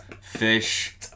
Fish